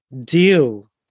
deal